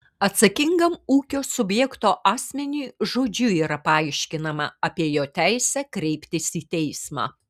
atsakingam ūkio subjekto asmeniui žodžiu yra paaiškinama apie jo teisę kreiptis į teismą